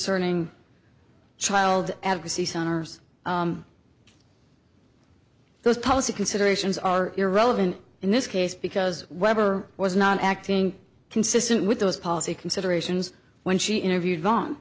concerning child advocacy centers those policy considerations are irrelevant in this case because whatever was not acting consistent with those policy considerations when she interviewed von